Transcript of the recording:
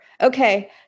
Okay